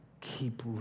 Keep